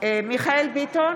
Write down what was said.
בהצבעה מיכאל מרדכי ביטון,